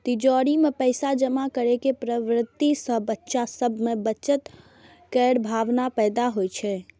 तिजौरी मे पैसा जमा करै के प्रवृत्ति सं बच्चा सभ मे बचत केर भावना पैदा होइ छै